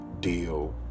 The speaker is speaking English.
deal